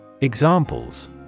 Examples